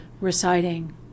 reciting